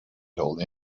told